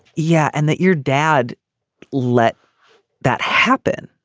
yeah and that your dad let that happen.